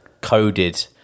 coded